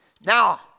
Now